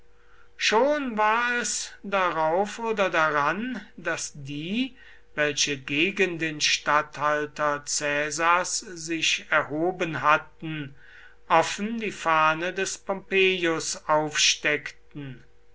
schon war es darauf oder daran daß die welche gegen den statthalter caesars sich erhoben hatten offen die fahne des pompeius aufsteckten